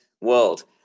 world